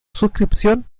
suscripción